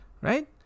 Right